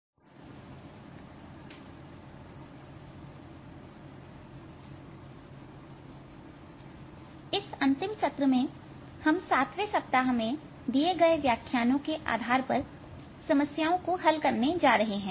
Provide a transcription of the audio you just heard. समस्या समूह 07 इस अंतिम सत्र में हम सातवें सप्ताह में लिए गए व्याख्यायनो के आधार पर समस्याओं को हल करने जा रहे हैं